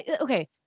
okay